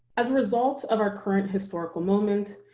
as a result of our current historical moment,